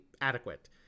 adequate